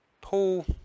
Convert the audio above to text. Paul